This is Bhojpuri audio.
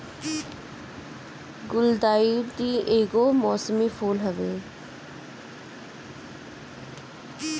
गुलदाउदी एगो मौसमी फूल हवे